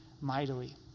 mightily